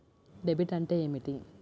Debit అంటే ఏమిటి?